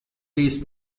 base